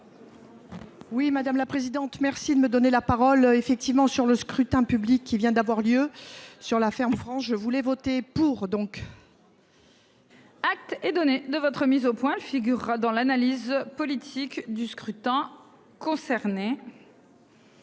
Oui madame la présidente. Merci de me donner la parole effectivement sur le scrutin public qui vient d'avoir lieu sur la ferme France je voulais voter pour donc. Acte est donné de votre mise au point le figurera dans l'analyse politique du scrutin concernés.